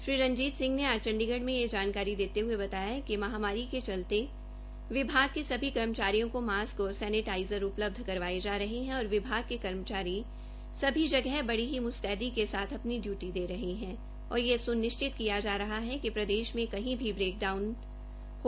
श्री रणजीत सिंह ने आज चंडीगढ़ में यह जानकारी देते हये बताया कि महामारी के चलते विभाग के सभी कर्मचारियों को मास्क और सैनिटाइजर उपलब्ध करवाए जा रहे हैं और विभाग के कर्मचारी सभी जगह बड़ी ही मुस्तैदी के साथ अपनी इयूटी दे रहे हैं और यह सुनिश्चित किया जा रहा है कि प्रदेश में कहीं भी ब्रेकडाउन में हो